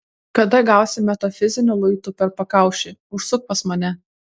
kada gausi metafiziniu luitu per pakaušį užsuk pas mane